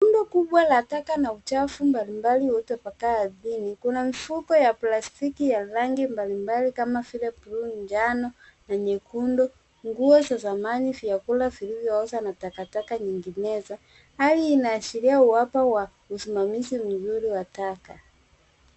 Rundo kubwa la taka na uchafu mbalimbali uliotapakaa ardhini. Kuna mifuko ya plastiki ya rangi mbalimbali kama vile bluu, njano na nyekundu. Nguo za zamani, vyakula vilivyooza na taka taka nyinginezo. Hali inaashiria uwepo wa usimamizi mzuri wa taka.